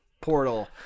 portal